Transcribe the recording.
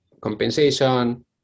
compensation